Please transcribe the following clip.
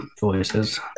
voices